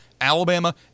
Alabama